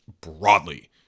broadly